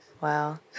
Wow